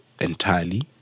entirely